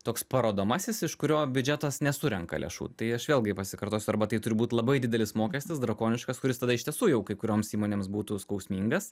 toks parodomasis iš kurio biudžetas nesurenka lėšų tai aš vėlgi pasikartosiu arba tai turbūt labai didelis mokestis drakoniškas kuris tada iš tiesų jau kai kurioms įmonėms būtų skausmingas